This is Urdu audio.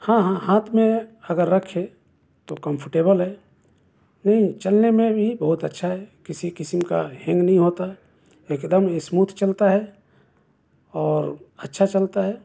ہاں ہاں ہاتھ میں اگر رکھے تو کمفرٹیبل ہے نہیں چلنے میں بھی بہت اچھا ہے کسی قسم کا ہینگ نہیں ہوتا ہے ایک دم اسموتھ چلتا ہے اور اچھا چلتا ہے